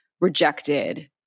rejected